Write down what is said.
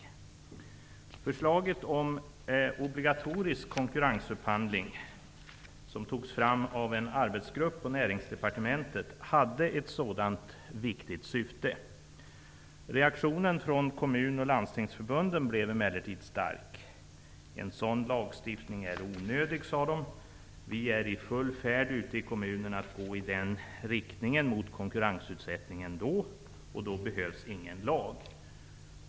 Med förslaget om obligatorisk konkurrensupphandling, som lades fram av en arbetsgrupp på Näringsdepartementet, hade man ett sådant viktigt syfte. Reaktionen från kommun och landstingsförbund blev emellertid stark. En sådan lagstiftning är onödig, sades det. Vidare sades det att man i kommunerna var i full färd med att gå i riktning mot konkurrensutsättning, och därför behövdes det ingen lag.